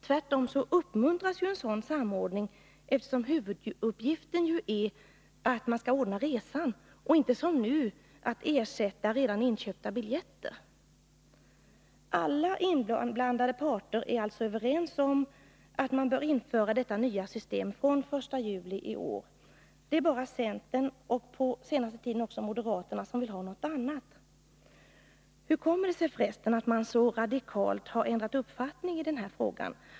Tvärtom uppmuntras en sådan samordning, eftersom huvuduppgiften är att ordna resan och inte, som nu, att ersätta redan inköpta biljetter. Alla inblandade parter är överens om att detta nya system bör införas fr.o.m. den 1 juli i år. Det är bara centern, och på senaste tiden också moderaterna, som vill ha något annat. Hur kommer det sig för resten att man så radikalt har ändrat uppfattning i frågan?